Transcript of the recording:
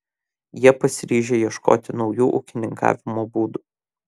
jie pasiryžę ieškoti naujų ūkininkavimo būdų